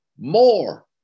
More